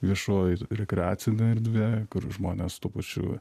viešoji rekreacinė erdvė kur žmonės tuo pačiu